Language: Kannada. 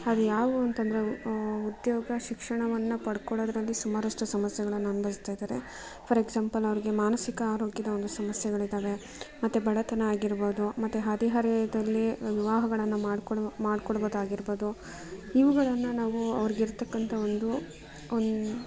ಅವು ಯಾವುವು ಅಂತಂದರೆ ಉದ್ಯೋಗ ಶಿಕ್ಷಣವನ್ನು ಪಡ್ಕೊಳ್ಳೊದ್ರಲ್ಲಿ ಸುಮಾರಷ್ಟು ಸಮಸ್ಯೆಗಳನ್ನು ಅನುಭವಿಸ್ತಾ ಇದ್ದಾರೆ ಫಾರ್ ಎಕ್ಸಾಮ್ಪಲ್ ಅವ್ರಿಗೆ ಮಾನಸಿಕ ಆರೋಗ್ಯದ ಒಂದು ಸಮಸ್ಯೆಗಳಿದ್ದಾವೆ ಮತ್ತು ಬಡತನ ಆಗಿರ್ಬೋದು ಮತ್ತು ಹದಿಹರೆಯದಲ್ಲಿ ವಿವಾಹಗಳನ್ನು ಮಾಡ್ಕೊಳ್ಳೋ ಮಾಡ್ಕೊಡ್ಬೋದಾಗಿರ್ಬೋದು ಇವುಗಳನ್ನು ನಾವು ಅವ್ರ್ಗೆ ಇರತಕ್ಕಂಥ ಒಂದು ಒನ್